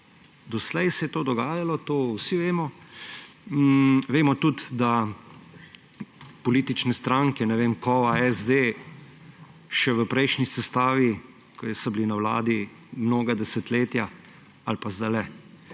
doslej se je to dogajalo, to vsi vemo. Vemo tudi, da politična stranke, ne vem, kova SD še v prejšnji sestavi, ko so bili na vladi mnoga desetletja ali pa sedajle